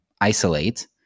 isolate